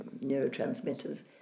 neurotransmitters